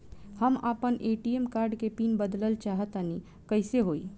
हम आपन ATM card के पीन बदलल चाहऽ तनि कइसे होई?